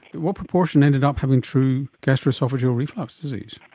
what proportion ended up having true gastro-oesophageal reflux disease?